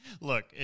Look